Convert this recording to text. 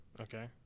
Okay